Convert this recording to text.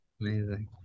Amazing